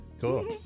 Cool